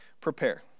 Prepare